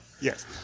Yes